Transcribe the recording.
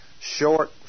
short